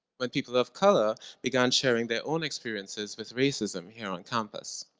when people of color began sharing their own experiences with racism here on campus.